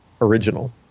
original